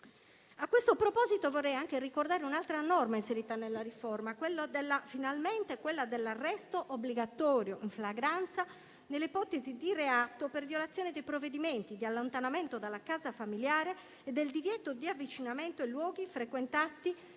A questo proposito, vorrei ricordare anche un'altra norma inserita - finalmente - nella riforma, quella dell'arresto obbligatorio in flagranza nelle ipotesi di reato per violazione dei provvedimenti di allontanamento dalla casa familiare e di divieto di avvicinamento ai luoghi frequentati